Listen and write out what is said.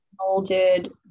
molded